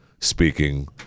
speaking